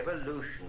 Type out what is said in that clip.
evolution